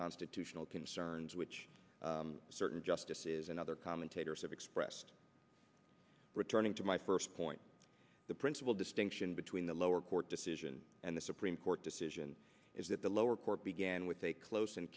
constitutional concerns which certain justices and other commentators have expressed returning to my first point the principal distinction between the lower court decision and the supreme court decision is that the lower court began with a close and